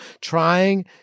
trying